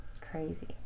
Crazy